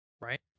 Right